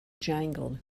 jangled